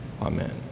amen